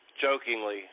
jokingly